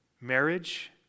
marriage